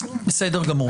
בסדר גמור.